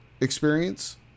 experience